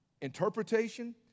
interpretation